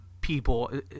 people